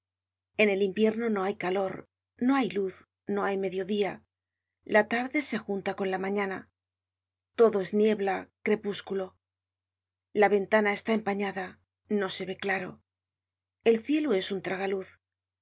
en el invierno no hay calor no hay luz no hay mediodia la tarde se junta con la mañana todo es niebla crepúsculo la ventana está empañada no se ve claro el cielo es un tragaluz